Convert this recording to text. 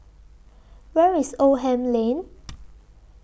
Where IS Oldham Lane